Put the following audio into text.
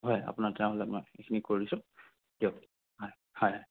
হয় আপোনাক তেনেহ'লে মই বাকীখিনি কৰি দিছোঁ দিয়ক হয় হয়